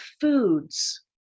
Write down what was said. Foods